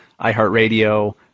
iHeartRadio